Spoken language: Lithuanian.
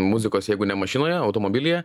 muzikos jeigu ne mašinoje automobilyje